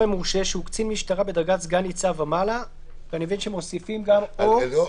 קצין משטרה בדרגת סגן-ניצב ומעלה --- אני מבין שגם מוסיפים "או".